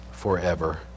forever